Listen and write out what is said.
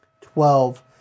Twelve